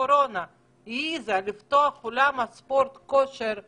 הקורונה העזה לפתוח את אולמות הכושר והספורט,